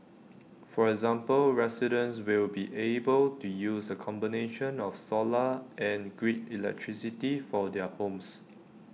for example residents will be able to use A combination of solar and grid electricity for their homes